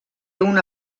una